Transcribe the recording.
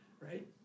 right